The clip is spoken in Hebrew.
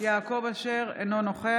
ינון אזולאי, אינו נוכח ישראל אייכלר, אינו נוכח